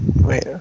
Wait